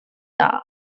are